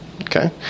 Okay